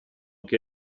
che